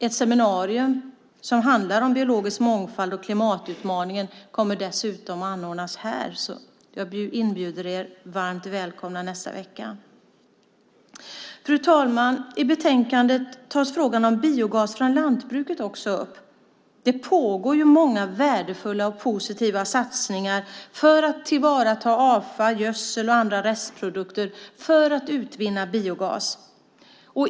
Ett seminarium som ska handla om biologisk mångfald och klimatutmaningen kommer dessutom att anordnas här. Jag inbjuder er: Varmt välkomna nästa vecka. Fru talman! I betänkandet tas frågan om biogas från lantbruket också upp. Det pågår många värdefulla och positiva satsningar för att tillvarata avfall, gödsel och andra restprodukter för att utvinna biogas.